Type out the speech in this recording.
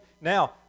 Now